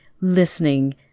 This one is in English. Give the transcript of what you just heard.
listening